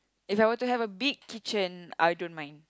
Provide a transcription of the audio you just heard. if I were to have a big kitchen I don't mind